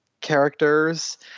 characters